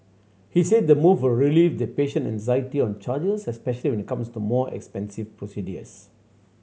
he said the move will relieved patient anxiety on charges especially when it comes to more expensive procedures